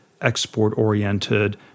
export-oriented